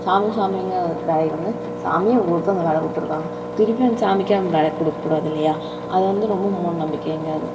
சாமி சாமிங்கிற வேலையை வந்து சாமியே உங்களுக்கு தான் அந்த வேலை கொடுத்துருக்காங்க திருப்பியும் அந்த சாமிக்கே அந் வேலை குடுக்ககூடாது இல்லையா அதை வந்து ரொம்ப மூட நம்பிக்கைங்கிறது